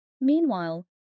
Meanwhile